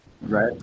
Right